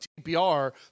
TPR